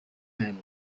man